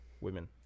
Women